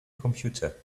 computer